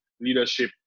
leadership